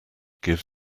give